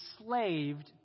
enslaved